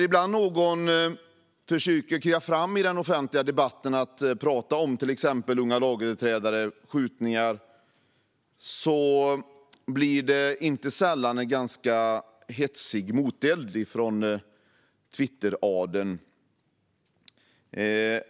Ibland när någon försöker kliva fram i den offentliga debatten och prata om till exempel unga lagöverträdare och skjutningar blir det inte sällan en hetsig moteld från Twitteradeln.